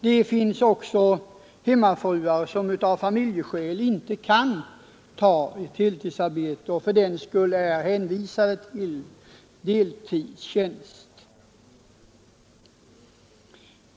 Det finns också hemmafruar som av familjeskäl inte kan ta ett heltidsarbete och som fördenskull är hänvisade till deltidstjänst.